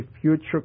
future